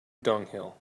dunghill